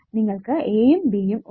നിങ്ങൾക്ക് A യും B യും ഉണ്ട്